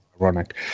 ironic